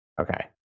Okay